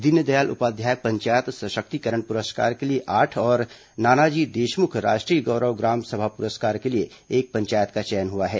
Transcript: दीनदयाल उपाध्याय पंचायत सशक्तिकरण पुरस्कार के लिए आठ और नानाजी देशमुख राष्ट्रीय गौरव ग्रामसभा पुरस्कार के लिए एक पंचायत का चयन हुआ है